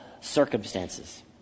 circumstances